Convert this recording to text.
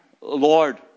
Lord